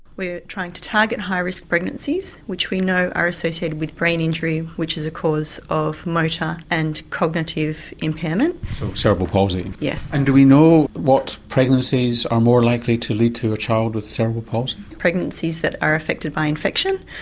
we are trying to target high risk pregnancies which we know are associated with brain injury which is a cause of motor and cognitive impairment. so cerebral palsy? yes. and do we know what pregnancies are more likely to lead to a child with cerebral palsy? pregnancies that are affected by infection,